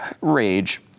rage